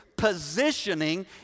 positioning